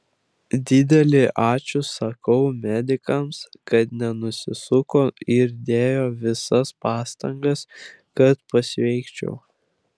didelį ačiū sakau medikams kad nenusisuko ir dėjo visas pastangas kad pasveikčiau